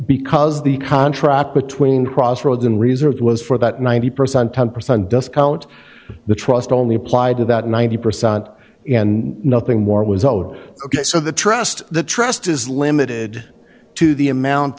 because the contract between crossroads and reserved was for that ninety percent ten percent discount the trust only applied to that ninety percent and nothing more was owed so the trust the trust is limited to the amount